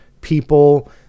people